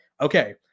Okay